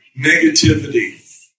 negativity